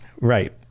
Right